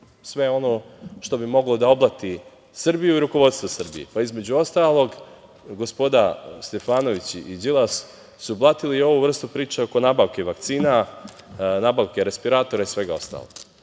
sve ono što bi moglo da oblati Srbiju i rukovodstvo Srbije. Između ostalog, gospoda Stefanović i Đilas su blatili ovu vrstu priče oko nabavke vakcina, nabavke respiratora i svega ostalog.